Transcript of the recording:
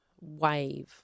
wave